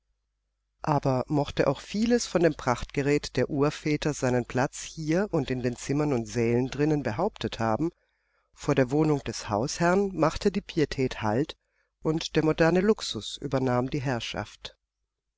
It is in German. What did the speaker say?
aber mochte auch vieles von dem prachtgerät der urväter seinen platz hier und in den zimmern und sälen drinnen behauptet haben vor der wohnung des hausherrn machte die pietät halt und der moderne luxus übernahm die herrschaft